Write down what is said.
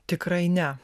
tikrai ne